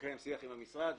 לקיים שיח עם המשרד.